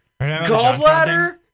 Gallbladder